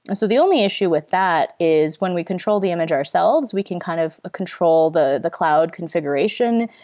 but so the only issue with that is when we control the image ourselves, we can kind of ah control the the cloud configuration,